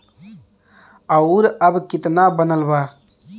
और अब कितना बनल बा?